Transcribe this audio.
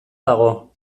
dago